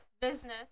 business